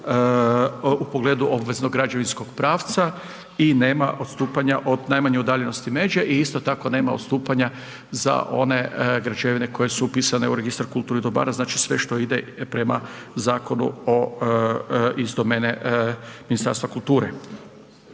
u pogledu obveznog građevinskog pravca i ne odstupanja od najmanje udaljenosti međe i isto tako nema odstupanja za one građevine koje su upisane u registar kulturnih dobara, znači sve što ide prema zakonu o, iz domene Ministarstva kulture.